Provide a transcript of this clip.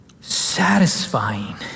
satisfying